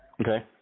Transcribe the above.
Okay